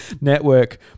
Network